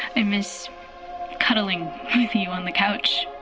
i miss cuddling with you on the couch.